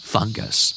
Fungus